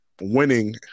winning